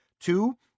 Two